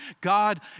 God